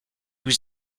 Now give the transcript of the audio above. was